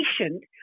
patient